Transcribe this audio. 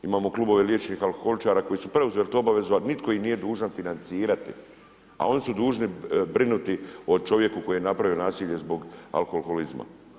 Imamo klubove liječenih alkoholičara koji su preuzeli tu obavezu a nitko im nije dužan financirati a oni su dužni brinuti o čovjeku koji je napravio nasilje zbog alkoholizma.